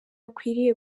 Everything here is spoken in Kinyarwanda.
akwiriye